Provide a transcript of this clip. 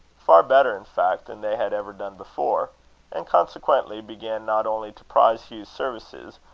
far better in fact than they had ever done before and consequently began not only to prize hugh's services,